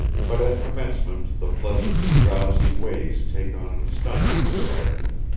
but at commencement the pleasant, drowsy ways take on an astonishing character